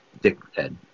dickhead